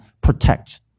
protect